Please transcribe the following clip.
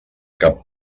cap